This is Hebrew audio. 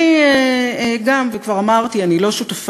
אני גם, וכבר אמרתי, אני לא שותפה